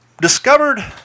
discovered